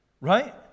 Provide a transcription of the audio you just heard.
Right